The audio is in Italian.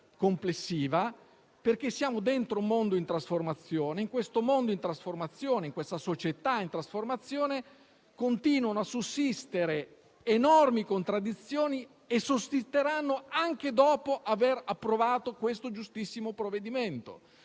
complessiva, perché siamo dentro un mondo in trasformazione e in questo mondo e in questa società in trasformazione continuano a sussistere enormi contraddizioni e sussisteranno anche dopo l'approvazione di questo giustissimo provvedimento,